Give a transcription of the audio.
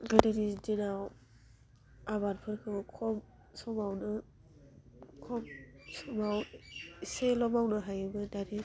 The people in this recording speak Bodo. गोदोनि दिनाव आबादफोरखौ खम समावनो खम समाव एसेल' मावनो हायोमोन दानि